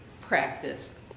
practice